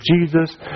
Jesus